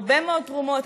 הרבה מאוד תרומות.